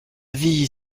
vie